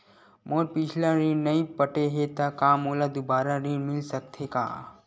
मोर पिछला ऋण नइ पटे हे त का मोला दुबारा ऋण मिल सकथे का?